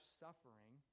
suffering